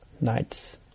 nights